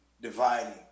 dividing